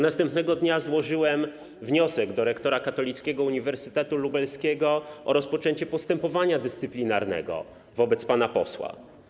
Następnego dnia złożyłem wniosek do rektora Katolickiego Uniwersytetu Lubelskiego o rozpoczęcie postępowania dyscyplinarnego wobec pana posła.